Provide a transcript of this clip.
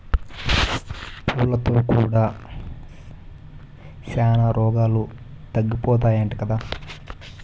పూలతో కూడా శానా రోగాలు తగ్గుతాయట కదా